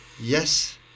yes